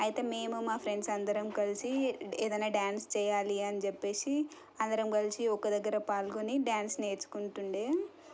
అయితే మేము మా ఫ్రెండ్స్ అందరం కలిసి ఏదైనా డ్యాన్స్ చేయాలి అని చెప్పేసి అందరం కలిసి ఒక దగ్గర పాల్గొని డ్యాన్స్ నేర్చుకుంటుండే